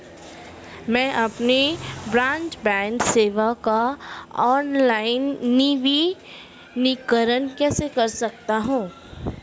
मैं अपनी ब्रॉडबैंड सेवा का ऑनलाइन नवीनीकरण कैसे कर सकता हूं?